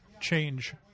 change